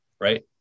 right